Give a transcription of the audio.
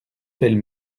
pêle